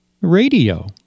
Radio